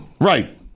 Right